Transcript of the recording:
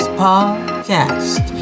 podcast